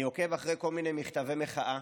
אני עוקב אחרי כל מיני מכתבי מחאה,